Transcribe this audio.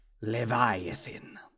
leviathan